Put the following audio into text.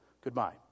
Goodbye